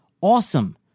Awesome